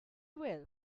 well